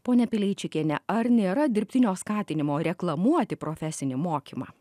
pone pileičikienė ar nėra dirbtinio skatinimo reklamuoti profesinį mokymą